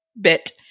bit